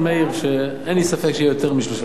שאין לי ספק שיהיה יותר מ-3 מיליארד.